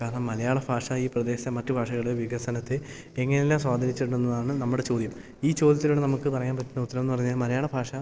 കാരണം മലയാള ഭാഷ ഈ പ്രദേശത്തെ മറ്റു ഭാഷകളെ വികസനത്തെ എങ്ങനെല്ലാം സ്വാധീനിച്ചിട്ടുണ്ട് എന്നുള്ളതാണ് നമ്മുടെ ചോദ്യം ഈ ചോദ്യത്തിലൂടെ നമുക്ക് പറയാൻ പറ്റുന്ന ഉത്തരമെന്ന് പറഞ്ഞാൽ മലയാള ഭാഷ